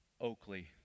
Oakley